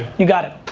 you got it.